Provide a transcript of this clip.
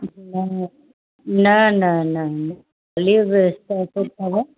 न न न न